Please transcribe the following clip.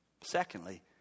Secondly